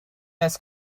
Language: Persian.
است